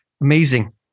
Amazing